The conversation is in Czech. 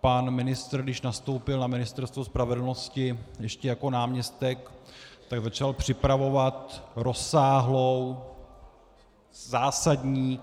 Pan ministr, když nastoupil na Ministerstvo spravedlnosti ještě jako náměstek, začal připravovat rozsáhlou zásadní